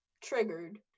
Triggered